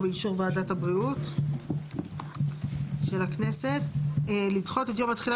ועדת הבריאות של הכנסת לדחות את יום התחילה